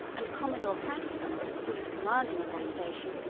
and commodore patterson, who was commanding at that station,